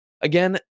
Again